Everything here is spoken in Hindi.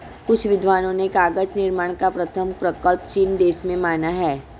कुछ विद्वानों ने कागज निर्माण का प्रथम प्रकल्प चीन देश में माना है